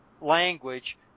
language